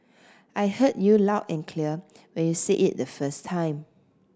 I heard you loud and clear when you said it the first time